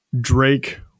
Drake